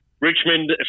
Richmond